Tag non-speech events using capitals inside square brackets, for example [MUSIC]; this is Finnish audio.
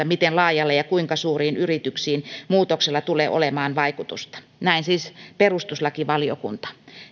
[UNINTELLIGIBLE] miten laajalle ja kuinka suuriin yrityksiin muutoksella tulee olemaan vaikutusta näin siis perustuslakivaliokunta